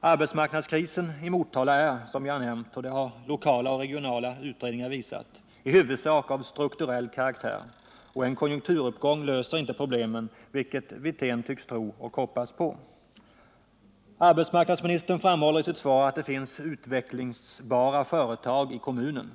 Arbetsmarknadskrisen i Motala är, som jag nämnt — och det har lokala och regionala utredningar visat —- i huvudsak av strukturell karaktär, och en konjunkturuppgång löser inte problemen, vilket Rolf Wirtén tycks tro och hoppas på. Arbetsmarknadsministern framhåller i sitt svar att det finns utvecklingsbara företag i kommunen.